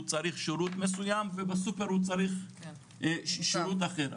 צריך שירות מסוים ובסופר הוא צריך שירות אחר.